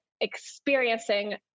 experiencing